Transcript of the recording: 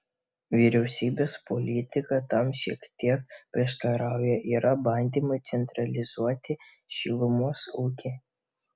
vyriausybės politika tam šiek tiek prieštarauja yra bandymai centralizuoti šilumos ūkį